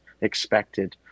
expected